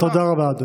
תודה.